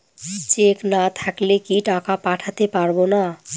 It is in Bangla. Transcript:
চেক না থাকলে কি টাকা পাঠাতে পারবো না?